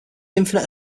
infinite